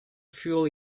fuel